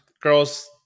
Girls